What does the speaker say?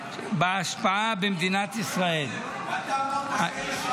השלישי בהשפעה במדינת ישראל -- אתה רואה מה זה?